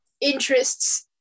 interests